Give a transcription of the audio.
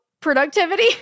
productivity